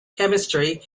chemistry